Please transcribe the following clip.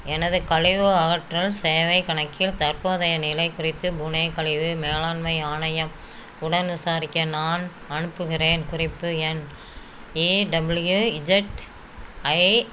எனது கழிவு அகற்றல் சேவைக் கணக்கின் தற்போதைய நிலை குறித்து புனே கழிவு மேலாண்மை ஆணையம் உடன் விசாரிக்க நான் அனுப்புகிறேன் குறிப்பு எண் இடபிள்யூஇஜெட்ஐ